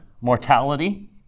mortality